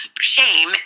shame